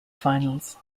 finals